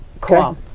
Cool